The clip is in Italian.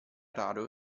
raro